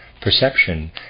Perception